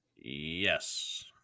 Yes